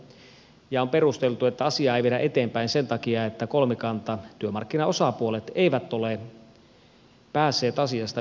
on perusteltu että asiaa ei viedä eteenpäin sen takia että kolmikanta työmarkkinaosapuolet ei ole päässyt asiasta yhteisymmärrykseen